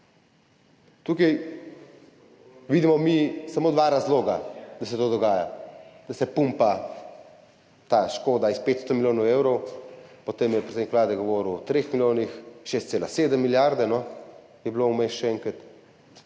Tukaj vidimo mi samo dva razloga, da se to dogaja, da se pumpa ta škoda s 500 milijonov evrov, potem je predsednik Vlade govoril o 3 milijonih, 6,7 milijarde je bilo vmes še enkrat.